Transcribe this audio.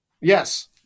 Yes